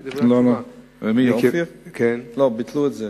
לא, לא, ביטלו את זה.